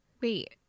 Wait